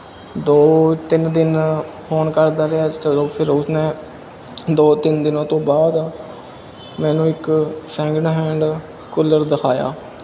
ਦੋ ਤਿੰਨ ਦਿਨ ਫੋਨ ਕਰਦਾ ਰਿਹਾ ਚਲੋ ਫਿਰ ਉਹਨੇ ਦੋ ਤਿੰਨ ਦਿਨਾਂ ਤੋਂ ਬਾਅਦ ਮੈਨੂੰ ਇੱਕ ਸੈਂਕਿੰਡ ਹੈਂਡ ਕੂਲਰ ਦਿਖਾਇਆ